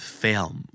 film